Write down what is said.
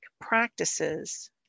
practices